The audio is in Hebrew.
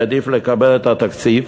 עדיף לקבל את התקציב